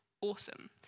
awesome